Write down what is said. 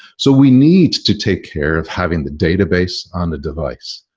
so we need to take care of having the database on the device.